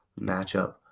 matchup